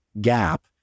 gap